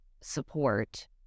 support